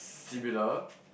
similar